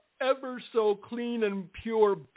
ever-so-clean-and-pure